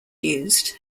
used